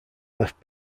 left